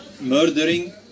Murdering